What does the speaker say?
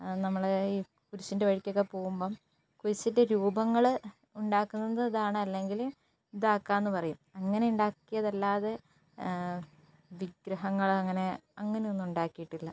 നമ്മൾ ഈ കുരിശിൻ്റെ വഴിക്കൊക്കെ പോവുമ്പം കുരിശിൻ്റെ രൂപങ്ങൾ ഉണ്ടാക്കുന്നതാണ് അല്ലെങ്കിൽ ഇതാക്കാമെന്ന് പറയും അങ്ങനെ ഉണ്ടാക്കിയതല്ലാതെ വിഗ്രഹങ്ങൾ അങ്ങനെ അങ്ങനെ ഒന്നും ഉണ്ടാക്കിയിട്ടില്ല